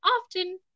often